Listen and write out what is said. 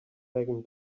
megan